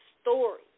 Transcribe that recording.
story